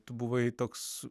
tu buvai toks